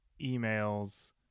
emails